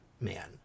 man